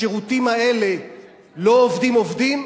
בשירותים האלה לא עובדים עובדים?